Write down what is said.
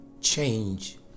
change